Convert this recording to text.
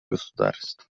государств